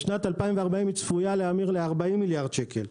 בשנת 2040 היא צפויה להיות 40 מיליארד שקל.